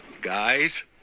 Guys